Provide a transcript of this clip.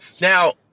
Now